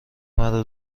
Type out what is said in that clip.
مرا